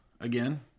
again